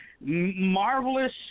Marvelous